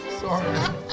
Sorry